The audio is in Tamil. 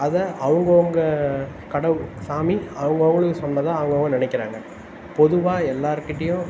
அதை அவங்க அவங்க கடவு சாமி அவங்க அவங்களுக்கு சொன்னதாக அவங்க அவங்க நினைக்குறாங்க பொதுவாக எல்லார்கிட்டயும்